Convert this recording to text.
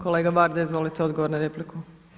Kolega Varda izvolite odgovor na repliku.